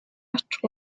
очих